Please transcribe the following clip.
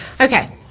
Okay